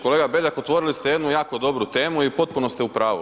Kolega Beljak otvorili ste jednu jako dobru temu i potpuno ste u pravu.